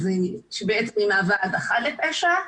שבעצם היא מהווה הדחה לפשע,